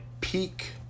peak